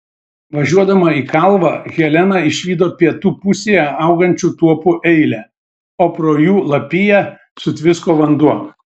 važiuodama į kalvą helena išvydo pietų pusėje augančių tuopų eilę o pro jų lapiją sutvisko vanduo